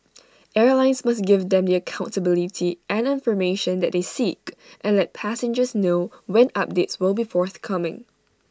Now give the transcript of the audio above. airlines must give them the accountability and information that they seek and let passengers know when updates will be forthcoming